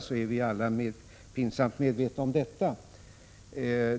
Vi är alla pinsamt medvetna om detta.